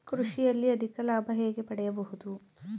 ಕೃಷಿಯಲ್ಲಿ ಅಧಿಕ ಲಾಭ ಹೇಗೆ ಪಡೆಯಬಹುದು?